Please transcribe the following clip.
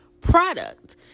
product